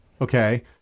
okay